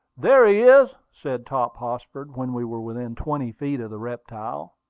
there he is, said hop tossford, when we were within twenty feet of the reptile.